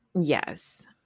yes